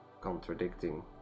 contradicting